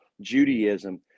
Judaism